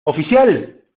oficial